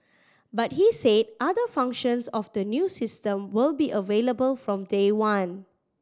but he said other functions of the new system will be available from day one